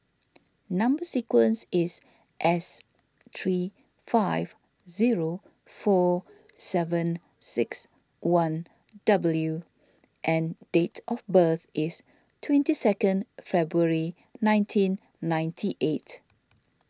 Number Sequence is S three five zero four seven six one W and date of birth is twenty second February nineteen ninety eight